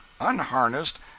unharnessed